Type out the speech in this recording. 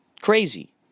Crazy